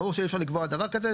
ברור שאי אפשר לקבוע דבר כזה.